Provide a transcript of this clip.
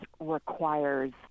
requires